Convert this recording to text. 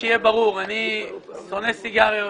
שיהיה ברור אני שונא סיגריות,